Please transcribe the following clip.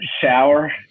shower